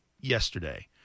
yesterday